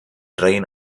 drain